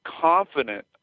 confident